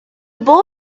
boy